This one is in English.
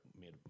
made